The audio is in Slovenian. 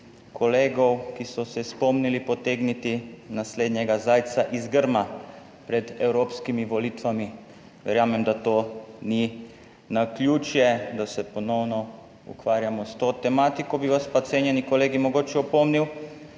kolegov, ki so se spomnili potegniti naslednjega zajca iz grma pred evropskimi volitvami. Verjamem, da to ni naključje, da se ponovno ukvarjamo s to tematiko. Bi vas pa, cenjeni kolegi, mogoče opomnil,